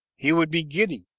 he would be giddy,